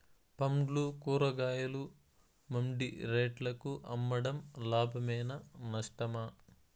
పండ్లు కూరగాయలు మండి రేట్లకు అమ్మడం లాభమేనా నష్టమా?